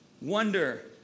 wonder